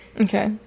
Okay